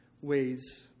ways